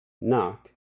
Knock